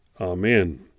Amen